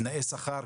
תנאי שכר,